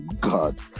god